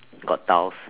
got tiles